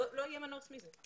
לא יהיה מנוס זה.